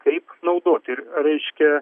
kaip naudoti ir reiškia